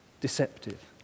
Deceptive